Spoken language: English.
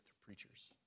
preachers